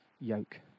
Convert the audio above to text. yoke